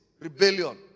rebellion